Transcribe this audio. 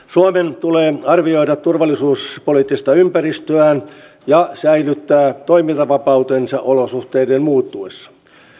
suomen tulee arvioida turvallisuuspoliittista ympäristöään ja säilyttää toimintavapautensa olosuhteiden muuttuessa